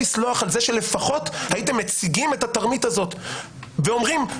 לפחות הייתם מציגים את התרמית הזאת, ואומרים,